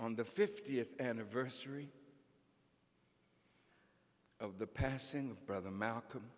on the fiftieth anniversary of the passing of brother malcolm